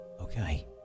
Okay